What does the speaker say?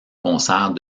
concert